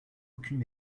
aucune